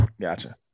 Gotcha